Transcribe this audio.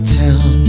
town